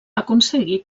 aconseguir